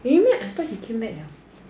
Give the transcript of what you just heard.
eh really meh I thought he came back 了